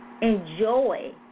enjoy